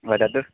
वदतु